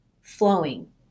flowing